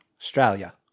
Australia